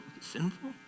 sinful